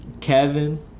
Kevin